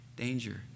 danger